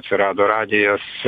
atsirado radijas